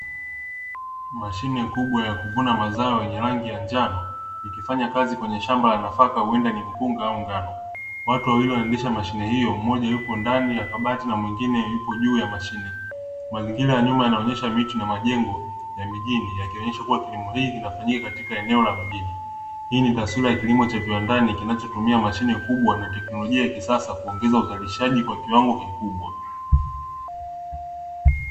Mashine kubwa ya kuvuna mazao yenye rangi ya njano ikifanya kazi kwenye shamba la nafaka huenda ni mpunga au ngano watu wawii wanaendesha mashine hiyo mmoja yupo ndani ya kabati na mwingine yupo juu ya mashine mazingira ya nyuma, yanaonyesha miti na majengo ya mijini yakionyesha kuwa kilimo hiki kinafanyika katika eneo la mjini, hii ni taswira ya kilimo cha viwandani kinachotumia mashine kubwa na teknolojia ya kisasa kuongeza uzalishaji kwa kiwango kikubwa.